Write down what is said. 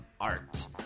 art